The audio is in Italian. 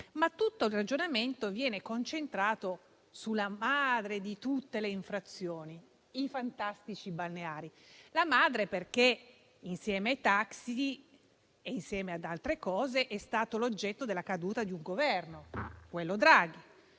Tutto il ragionamento viene concentrato sulla madre di tutte le infrazioni: i fantastici balneari; la madre perché, insieme ai taxi e ad altre cose, è stata l'oggetto della caduta di un Governo - il Governo Draghi